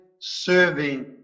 serving